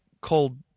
called